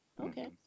Okay